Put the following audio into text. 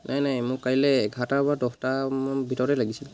নাই নাই মোক কাইলৈ এঘাৰটা বা দহটাৰ ভিতৰতেই লাগিছিলে